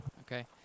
Okay